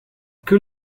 que